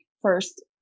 first